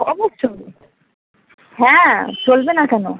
অবশ্যই হ্যাঁ চলবে না কেন